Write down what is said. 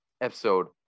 episode